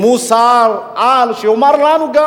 אם הוא שר-על, שגם יאמר לנו.